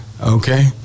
Okay